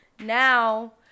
Now